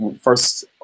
first